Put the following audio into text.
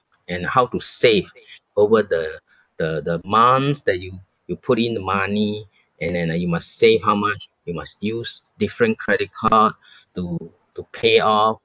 and how to save over the the the months that you you put in money and then uh you must save how much you must use different credit card to to pay off